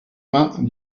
vingts